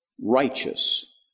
righteous